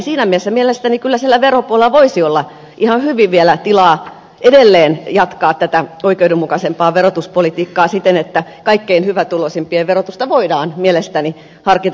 siinä mielessä kyllä siellä veropuolella voisi olla ihan hyvin vielä tilaa edelleen jatkaa tätä oikeudenmukaisempaa verotuspolitiikkaa siten että kaikkein hyvätuloisimpien verotusta voidaan mielestäni harkita korotettavaksi